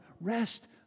rest